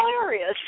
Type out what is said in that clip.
hilarious